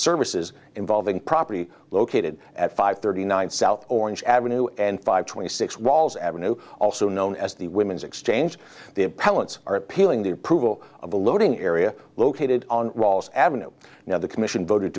services involving property located at five thirty nine south orange avenue and five twenty six walls avenue also known as the women's exchange the appellants are appealing the approval of the loading area located on walls avenue now the commission voted